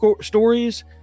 stories